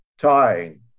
tying